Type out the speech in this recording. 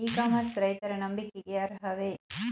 E commerce ರೈತರ ನಂಬಿಕೆಗೆ ಅರ್ಹವೇ?